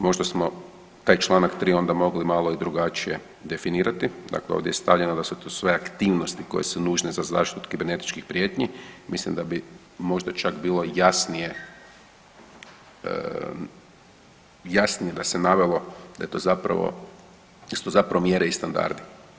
Možda smo taj čl. 3. onda mogli malo i drugačije definirati, dakle ovdje je stavljeno da su to sve aktivnosti koje su nužne za zaštitu od kibernetičkih prijetnji, mislim da bi možda čak bilo jasnije da se navelo da su to zapravo mjere i standardi.